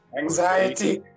ANXIETY